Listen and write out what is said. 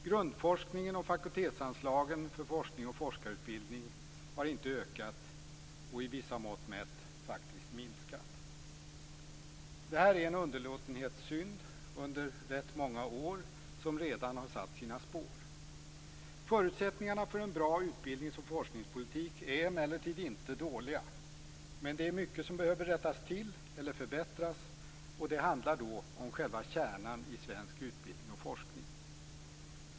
Grundforskningen och fakultetsanslagen för forskning och forskarutbildning har inte ökat och i vissa mått mätt faktiskt minskat. Det här är en underlåtenhetssynd under rätt många år som redan har satt sina spår. Förutsättningarna för en bra utbildnings och forskningspolitik är emellertid inte dåliga. Men det är mycket som behöver rättas till eller förbättras. Det handlar då om själva kärnan i svensk utbildning och forskning.